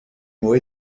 mots